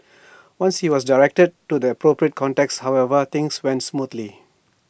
once he was directed to the appropriate contacts however things went smoothly